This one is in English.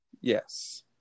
Yes